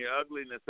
ugliness